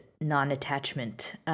non-attachment